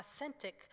authentic